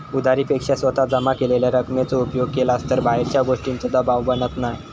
उधारी पेक्षा स्वतः जमा केलेल्या रकमेचो उपयोग केलास तर बाहेरच्या गोष्टींचों दबाव बनत नाय